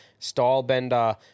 Stylebender